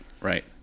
Right